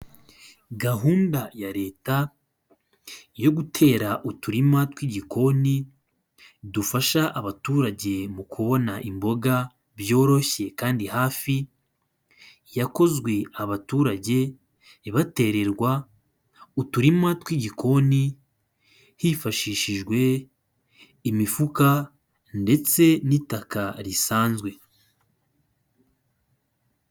Gahunda ya leta yo gutera uturima tw'igikoni dufasha abaturage mu kubona imboga byoroshye kandi hafi, yakozwe abaturage ibatererwa uturima tw'igikoni hifashishijwe imifuka ndetse n'itaka risanzwe.